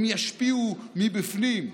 הם ישפיעו מבפנים.